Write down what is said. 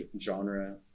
genre